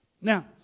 Now